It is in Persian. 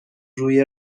روی